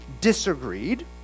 disagreed